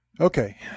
Okay